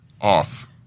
off